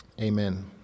Amen